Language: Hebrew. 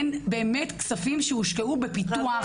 הם באמת כספים שהושקעו בפיתוח.